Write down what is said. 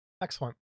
Excellent